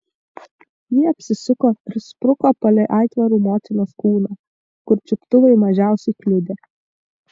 ji apsisuko ir spruko palei aitvarų motinos kūną kur čiuptuvai mažiausiai kliudė